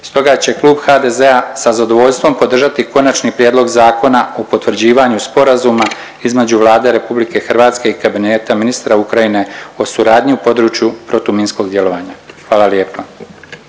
stoga će klub HDZ-a sa zadovoljstvom podržati konačni prijedlog zakona o potvrđivanju sporazuma između Vlade RH i kabineta ministra Ukrajine o suradnji u području protuminskog djelovanja. Hvala lijepa.